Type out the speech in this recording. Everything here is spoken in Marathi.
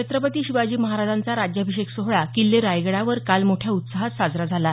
छत्रपती शिवाजी महाराजांचा राज्याभिषेक सोहळा किल्ले रायगडावर काल मोठ्या उत्साहात साजरा झाला